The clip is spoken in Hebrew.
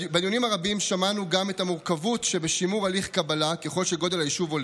בדיונים הרבים שמענו גם את המורכבות שבשימור הליך קבלה ככל שהיישוב גדל,